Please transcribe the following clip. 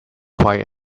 quite